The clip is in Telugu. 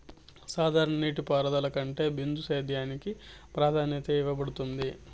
సాధారణ నీటిపారుదల కంటే బిందు సేద్యానికి ప్రాధాన్యత ఇవ్వబడుతుంది